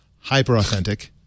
hyper-authentic